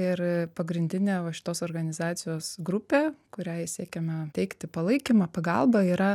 ir pagrindinė va šitos organizacijos grupė kuriai siekiame teikti palaikymą pagalbą yra